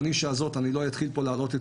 בנישה הזאת אני לא אתחיל פה להלאות את